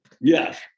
Yes